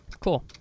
Cool